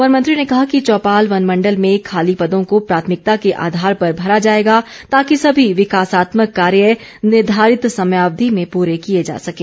वनमंत्री ने कहा कि चौपाल वनमण्डल में खाली पदों को प्राथमिकता के आधार पर भरा जाएगा ताकि सभी विकासात्मक कार्य निर्धारित समयावधि में पूरे किए जा सकें